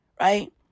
Right